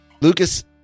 lucas